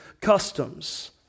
customs